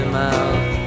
mouth